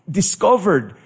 discovered